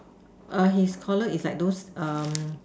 err his collar is like those um